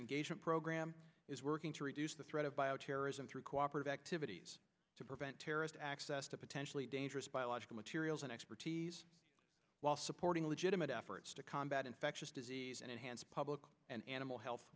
engagement program is working to reduce the threat of bioterrorism through cooperative activities to prevent terrorist access to potentially dangerous biological materials and expertise while supporting legitimate efforts to combat infectious disease and enhance public and animal health